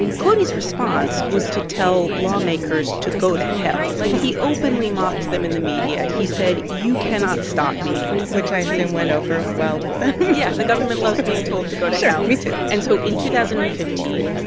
cody's response was to tell lawmakers to go to hell. like, he openly mocked them in the media. he said, you cannot stop me which i assume went over well with them yeah, the government loves being told to go to to hell sure. me too and so in two thousand and fifteen,